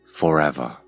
forever